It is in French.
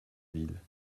ville